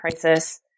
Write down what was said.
crisis